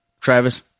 Travis